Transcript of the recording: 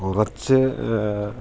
കുറച്ചു